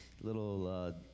little